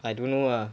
I don't know ah